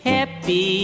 Happy